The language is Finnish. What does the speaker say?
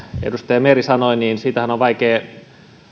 edustaja meri sanoi sitähän on vaikea